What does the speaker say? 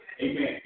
Amen